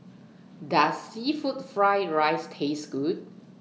Does Seafood Fried Rice Taste Good